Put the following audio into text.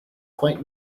quite